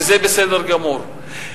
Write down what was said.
וזה בסדר גמור.